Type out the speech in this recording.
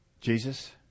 Jesus